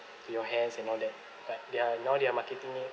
to your hands and all that but they're now they're marketing it